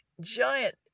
giant